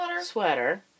Sweater